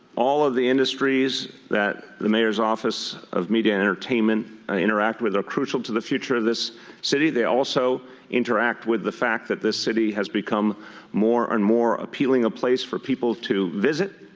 all of the industries that the mayor's office of media and entertainment ah interact with are crucial to the future of this city. they also interact with the fact that this city has become more and more appealing a place for people to visit.